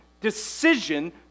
decision